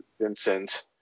Vincent